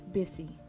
busy